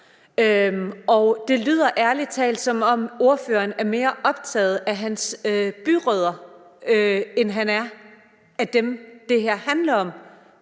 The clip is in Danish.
om. Det lyder ærlig talt, som om ordføreren er mere optaget af sine byrødder, end han er af dem, det her handler om,